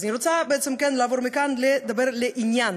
אז אני רוצה בעצם מכאן לעבור לדבר לעניין,